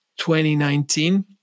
2019